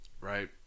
right